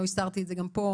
לא הסתרתי את זה גם פה,